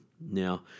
now